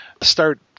Start